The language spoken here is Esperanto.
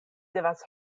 devas